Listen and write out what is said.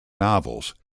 novels